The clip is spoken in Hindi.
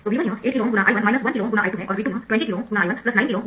तो V1 यह 8 KΩ ×I1 1 KΩ ×I2 है और V2 यह 20 KΩ ×I19 KΩ ×I2 है